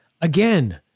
again